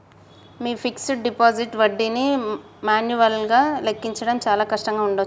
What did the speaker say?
మీ fixed deposit వడ్డీని మాన్యువల్గా లెక్కించడం చాలా కష్టంగా ఉండచ్చు